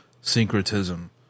syncretism